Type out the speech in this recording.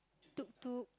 tuk-tuk